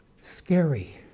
Scary